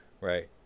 Right